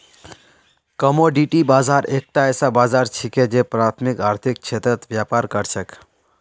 commodity बाजार एकता ऐसा बाजार छिके जे प्राथमिक आर्थिक क्षेत्रत व्यापार कर छेक